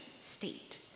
state